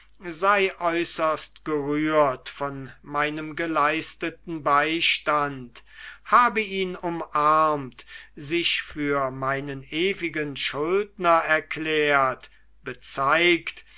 sei äußerst gerührt von meinem geleisteten beistand habe ihn umarmt sich für meinen ewigen schuldner erklärt bezeigt